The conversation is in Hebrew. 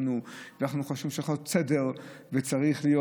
לנו ואנחנו חושבים שצריך להיות סדר ושצריך להיות